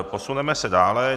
Posuneme se dále.